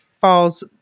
falls